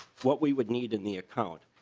what we would need in the account.